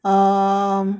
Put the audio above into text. um